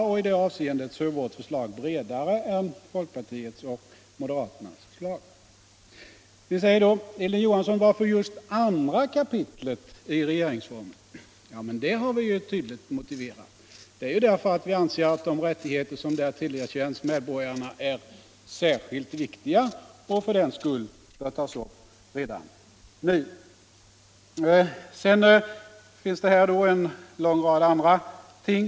Vårt förslag är alltså bredare än folkpartiets och moderaternas. Och när Hilding Jo 53 hansson frågar: Varför just andra kapitlet? vill jag svara att det har vi ju klart motiverat. Det är därför att vi anser att de rättigheter som där tillerkänns medborgarna är särskilt viktiga och för den skull bör ges ett särskilt skydd redan nu. Hilding Johansson har också tagit upp en lång rad andra ting.